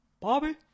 Bobby